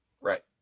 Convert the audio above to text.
Right